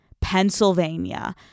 Pennsylvania